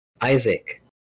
Isaac